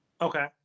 Okay